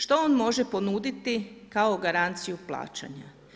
Što on može ponuditi kao garanciju plaćanja?